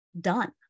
done